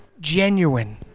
genuine